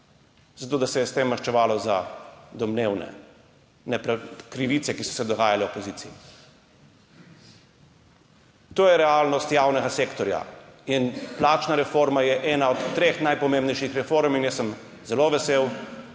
zato da se je s tem maščevalo za domnevne krivice, ki so se dogajale v opoziciji. To je realnost javnega sektorja in plačna reforma je ena od treh najpomembnejših reform. Jaz sem zelo vesel,